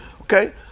Okay